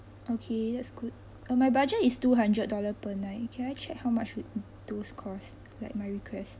okay that's good uh my budget is two hundred dollar per night can I check how much with those cost like my request